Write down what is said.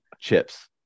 Chips